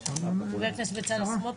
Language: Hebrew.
חבר הכנסת בצלאל סמוטריץ'?